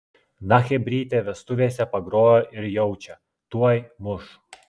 na chebrytė vestuvėse pagrojo ir jaučia tuoj muš